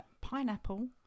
Pineapple